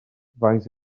faint